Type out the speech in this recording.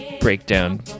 breakdown